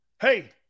Hey